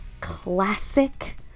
classic